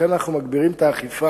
לכן אנחנו מגבירים את האכיפה,